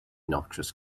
noxious